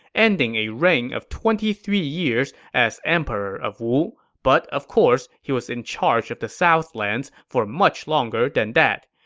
ending a reign of twenty three years as emperor of wu. but of course, he was in charge of the southlands for much longer than that.